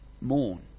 mourn